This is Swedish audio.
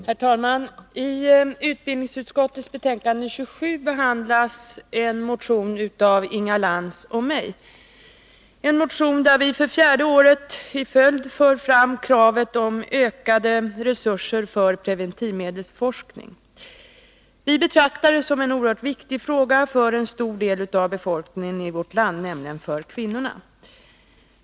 Herr talman! I utbildningsutskottets betänkande nr 27 behandlas en motion av Inga Lantz och mig, en motion där vi för fjärde året i följd för fram kravet på ökade resurser för preventivmedelsforskning. Vi betraktar det som en oerhört viktig fråga för en stor del av befolkningen i vårt land, nämligen för kvinnorna.